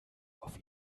auf